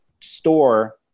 store